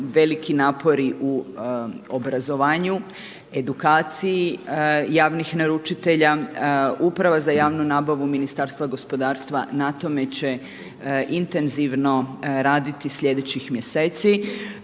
veliki napori u obrazovanju, edukaciji javnih naručitelja. Uprava za javnu nabavu Ministarstva gospodarstva na tome će intenzivno raditi sljedećih mjeseci.